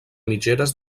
mitgeres